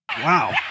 Wow